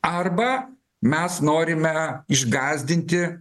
arba mes norime išgąsdinti